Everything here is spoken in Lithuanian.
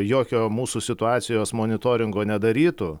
jokio mūsų situacijos monitoringo nedarytų